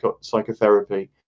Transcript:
psychotherapy